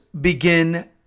begin